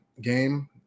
game